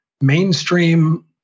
mainstream